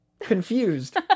confused